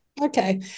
okay